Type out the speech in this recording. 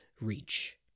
reach